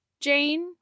Jane